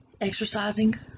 Exercising